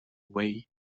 away